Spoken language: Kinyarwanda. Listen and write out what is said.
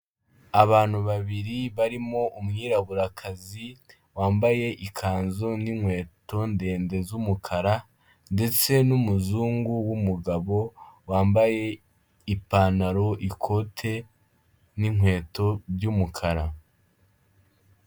Abantu babiri barimo umwiraburakazi wambaye ikanzu n'inkweto ndende z'umukara, ndetse n'umuzungu w'umugabo wambaye ipantaro, ikote n'inkweto by'umukara.